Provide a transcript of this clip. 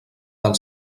del